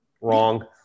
Wrong